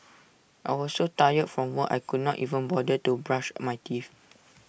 I was so tired from work I could not even bother to brush my teeth